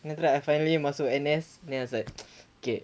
and after that I finally masuk N_S then I was like okay